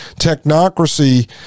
technocracy